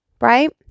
Right